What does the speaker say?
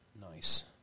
Nice